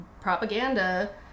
propaganda